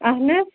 اَہن نہٕ